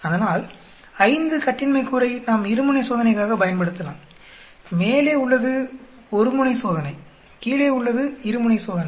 அதனால் 5 கட்டின்மை கூறை நாம் இருமுனை சோதனைக்காக பயன்படுத்தலாம் மேலே உள்ளது ஒருமுனை சோதனை கீழே உள்ளது இருமுனை சோதனை